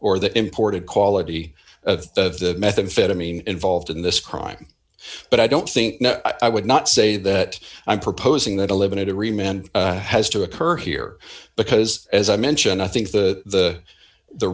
or the imported quality of methamphetamine involved in this crime but i don't think i would not say that i'm proposing that eliminate a reman has to occur here because as i mentioned i think the the